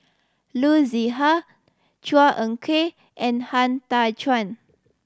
Loo Zihan Chua Ek Kay and Han Tan Chuan